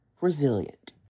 resilient